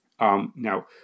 Now